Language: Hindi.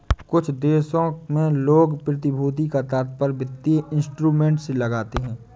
कुछ देशों में लोग प्रतिभूति का तात्पर्य वित्तीय इंस्ट्रूमेंट से लगाते हैं